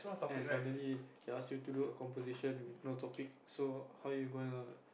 and suddenly they ask you do a composition with no topic so how you gonna